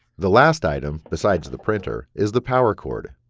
the last item besides the printer is the power cord.